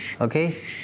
okay